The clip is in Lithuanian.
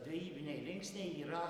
dvejybiniai linksniai yra